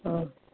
और